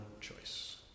choice